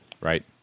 right